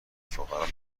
فقرا